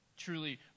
truly